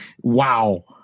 wow